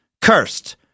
cursed